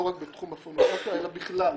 לא רק בתחום הפורנוגרפיה אלא בכלל